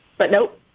but no,